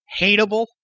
hateable